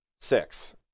six